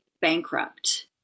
bankrupt